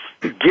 get